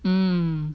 um